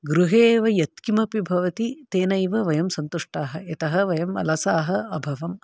गृहे एव यत् किमपि भवति तेनैव वयं सन्तुष्टाः यतः वयं अलसाः अभवम्